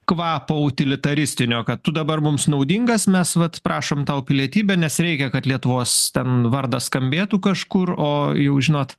kvapo utilitaristinio kad tu dabar mums naudingas mes vat prašom tau pilietybę nes reikia kad lietuvos ten vardas skambėtų kažkur o jau žinot